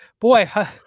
boy